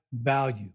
value